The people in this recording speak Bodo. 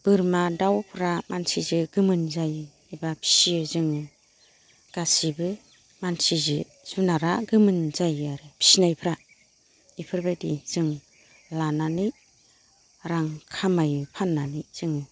बोरमा दाउफोरा मानसिजो गोमोन जायो एबा फियो जोङो गासिबो मानसिजो जुनारा गोमोन जायो आरो फिनायफ्रा इफोरबायदि जों लानानै रां खामायो फाननानै जोङो